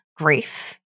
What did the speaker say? grief